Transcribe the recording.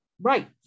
right